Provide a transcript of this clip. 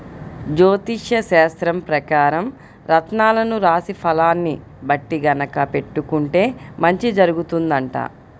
జ్యోతిష్యశాస్త్రం పెకారం రత్నాలను రాశి ఫలాల్ని బట్టి గనక పెట్టుకుంటే మంచి జరుగుతుందంట